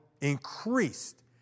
increased